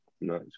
no